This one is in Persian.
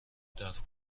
دفع